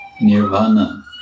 nirvana